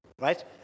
Right